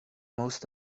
most